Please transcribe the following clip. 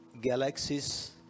galaxies